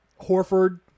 Horford